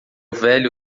velho